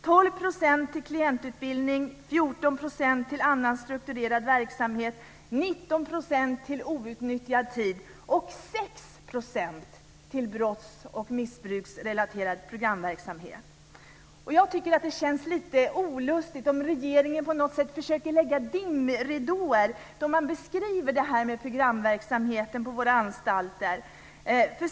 12 % av tiden används till klientutbildning, 14 % till annan strukturerad verksamhet, 19 % till outnyttjad tid och 6 % till brotts och missbruksrelaterad programverksamhet. Det känns lite olustigt om regeringen på något sätt försöker lägga dimridåer då man beskriver programverksamheten på våra anstalter.